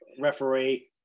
referee